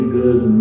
good